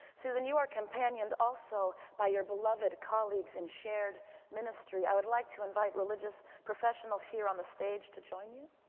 susan, you are companioned also by your beloved colleagues and shared ministry. i would like to invite religious professionals here on the stage to join you.